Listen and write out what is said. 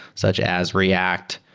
such as react.